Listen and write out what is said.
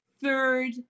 third